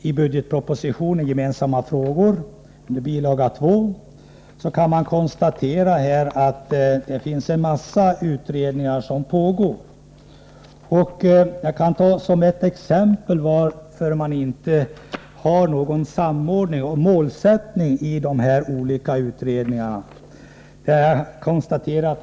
I budgetpropositionen, bil. 2, redovisas vilka utredningar som pågår. Det är en mängd utredningar. Man kan fråga sig varför det inte är någon samordning mellan de olika utredningarna och vad är målsättningen.